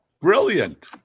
brilliant